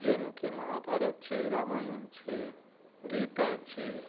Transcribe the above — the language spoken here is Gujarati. જેમકે મહાભારત છે રામાયણ છે ગીતા છે